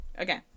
Okay